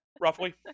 Roughly